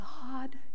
God